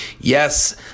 yes